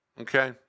okay